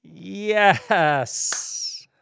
Yes